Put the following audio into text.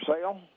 sale